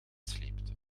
sleepte